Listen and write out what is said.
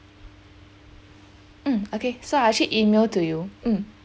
mm okay so I'll actually email to you mm